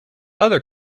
other